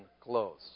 close